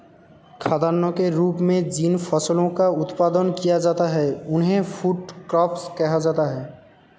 खाद्यान्न के रूप में जिन फसलों का उत्पादन किया जाता है उन्हें फूड क्रॉप्स कहा जाता है